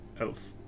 elf